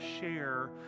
share